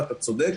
ואתה צודק,